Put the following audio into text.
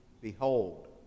Behold